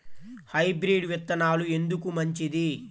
Hybrid విత్తనాలు ఎందుకు మంచిది?